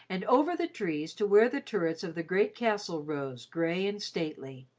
and over the trees to where the turrets of the great castle rose, grey and stately.